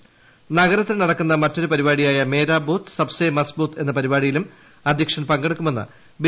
ജയ്പൂരിൽ ശക്തി നഗരത്തിൽ നടക്കുന്ന മറ്റെട്ടരു പരിപാടിയായ മേരാ ബൂത്ത് സബ്സേ മസ്ബൂത്ത് എന്ന പരിപാടിയിലും അധ്യക്ഷൻ പങ്കെടുക്കുമെന്ന് ബി